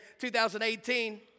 2018